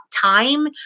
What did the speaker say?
time